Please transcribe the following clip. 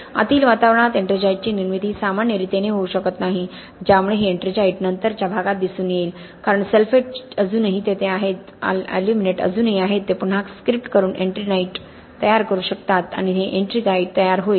आतील वातावरणात एट्रिंगाईटची निर्मिती सामान्य रीतीने होऊ शकत नाही ज्यामुळे हे एट्रिंजाइट नंतरच्या वयात दिसून येईल कारण सल्फेट अजूनही तेथे आहेत एल्युमिनेट अजूनही आहेत ते पुन्हा स्क्रिप्ट करून एट्रिंगाइट तयार करू शकतात आणि ते एट्रिंगाइट तयार होईल